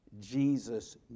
Jesus